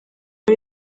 ari